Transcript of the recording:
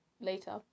later